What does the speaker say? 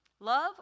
love